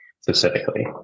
specifically